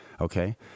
Okay